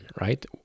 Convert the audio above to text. right